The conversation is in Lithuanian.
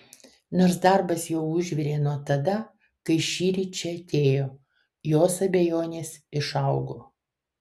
nors darbas jau užvirė nuo tada kai šįryt čia atėjo jos abejonės išaugo